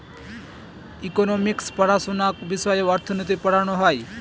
economics পড়াশোনা বিষয়ে অর্থনীতি পড়ানো হয়